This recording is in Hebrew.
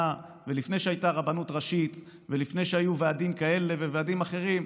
ולפני שהייתה רבנות ראשית ולפני שהיו ועדים כאלה וועדים אחרים,